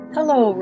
Hello